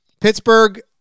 pittsburgh